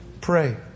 pray